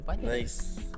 Nice